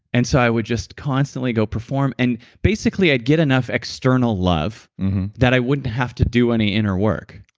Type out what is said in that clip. and so i would just constantly go perform, and basically i'd get enough external love that i wouldn't have to do any inner work,